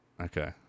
Okay